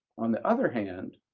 on the other hand,